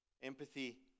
Empathy